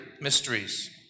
mysteries